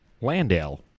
Landell